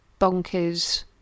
bonkers